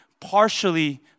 partially